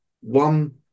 one